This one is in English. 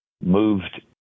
moved